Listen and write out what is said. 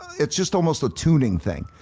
it's just almost a tuning thing,